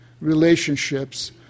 relationships